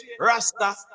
rasta